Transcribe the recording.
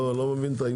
לא מבין את העניין.